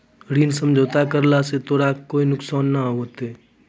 ऋण समझौता करला स तोराह कोय नुकसान नाय होथा